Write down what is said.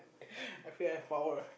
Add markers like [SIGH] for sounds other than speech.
[LAUGHS] I feel I have power